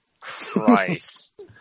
Christ